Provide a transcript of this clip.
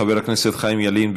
חבר הכנסת חיים ילין,